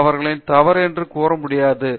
அது அவர்களின் தவறு என்று கூற முடியாது